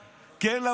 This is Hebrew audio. כן,